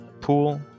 pool